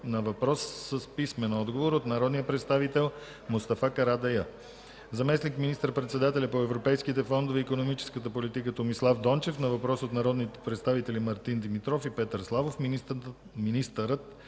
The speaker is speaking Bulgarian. на въпрос с писмен отговор от народния представител Мустафа Карадайъ; - заместник министър-председателят по европейските фондове и икономическата политика Томислав Дончев – на въпрос от народните представители Мартин Димитров и Петър Славов; - министърът